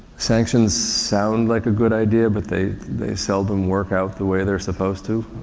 sanctions sound like a good idea but they, they seldom work out the way they're supposed to.